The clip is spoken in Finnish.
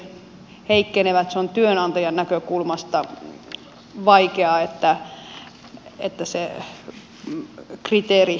se on työnantajan näkökulmasta vaikeaa että se kriteeri kiristyy